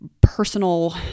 personal